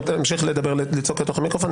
אם תמשיך לצעוק לתוך המיקרופון,